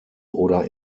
oder